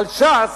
על ש"ס,